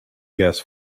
guess